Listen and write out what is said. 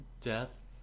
death